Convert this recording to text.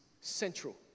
central